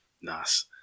Nice